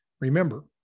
Remember